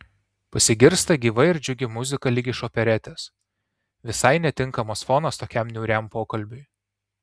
pasigirsta gyva ir džiugi muzika lyg iš operetės visai netinkamas fonas tokiam niūriam pokalbiui